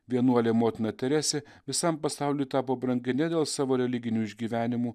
vienuolė motina teresė visam pasauliui tapo brangi ne dėl savo religinių išgyvenimų